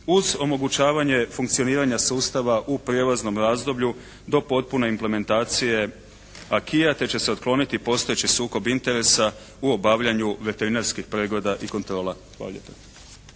uz omogućavanje funkcioniranja sustava u prijelaznom razdoblju do potpune implementacije aquisa te će se otkloniti postojeći sukob interesa u obavljanju veterinarskih pregleda i kontrola.